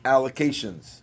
Allocations